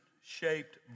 shaped